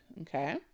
Okay